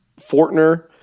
Fortner